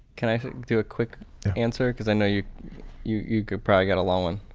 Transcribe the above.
can i do a quick answer because i know you you you could probably get a long one?